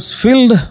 filled